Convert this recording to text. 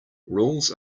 rules